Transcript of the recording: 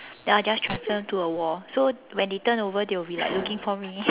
then I'll just transform into a wall so when they turn over they will be like looking for me